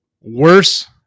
worse